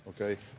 Okay